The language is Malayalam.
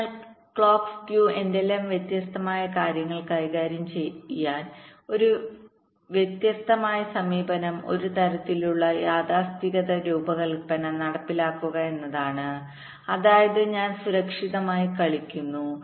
അതിനാൽ ക്ലോക്ക് സ്ക്യൂ എന്തെല്ലാം വ്യക്തമായ കാര്യങ്ങൾ കൈകാര്യം ചെയ്യാൻ ഒരു വ്യക്തമായ സമീപനം ഒരു തരത്തിലുള്ള യാഥാസ്ഥിതിക രൂപകൽപ്പന നടപ്പിലാക്കുക എന്നതാണ് അതായത് ഞാൻ സുരക്ഷിതമായി കളിക്കുന്നു